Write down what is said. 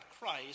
Christ